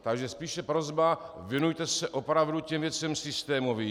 Takže spíše prosba: věnujte se opravdu těm věcem systémovým.